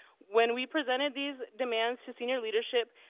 when we presented these demands to senior leadership,